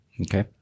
Okay